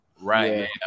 Right